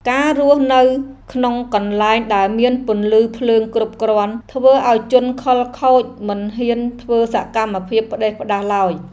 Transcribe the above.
ការរស់នៅក្នុងកន្លែងដែលមានពន្លឺភ្លើងគ្រប់គ្រាន់ធ្វើឱ្យជនខិលខូចមិនហ៊ានធ្វើសកម្មភាពផ្តេសផ្តាសឡើយ។